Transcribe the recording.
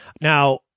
now